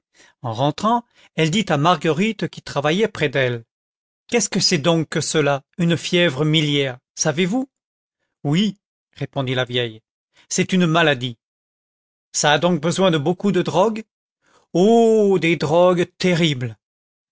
en rentrant elle dit à marguerite qui travaillait près d'elle qu'est-ce que c'est donc que cela une fièvre miliaire savez-vous oui répondit la vieille fille c'est une maladie ça a donc besoin de beaucoup de drogues oh des drogues terribles